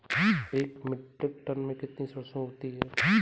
एक metric tonne में कितनी सरसों होती है?